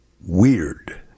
weird